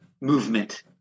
movement